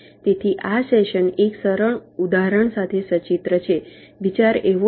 તેથી આ સેશન એક સરળ ઉદાહરણ સાથે સચિત્ર છે વિચાર આવો છે